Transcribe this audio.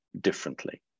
differently